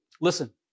Listen